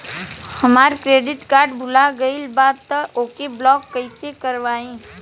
हमार credit card भुला गएल बा त ओके ब्लॉक कइसे करवाई?